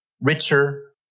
richer